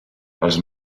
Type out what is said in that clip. els